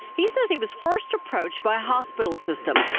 he says he was first approached by hospital system.